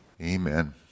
Amen